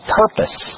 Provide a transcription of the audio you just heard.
purpose